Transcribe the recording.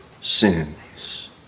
sins